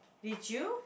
did you